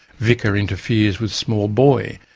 vicar interferes with small boy,